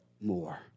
more